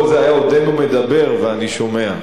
פה זה היה: עודנו מדבר ואני שומע.